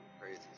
crazy